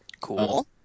Cool